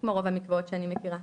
כמו רוב המקוואות שאני מכירה.